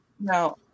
No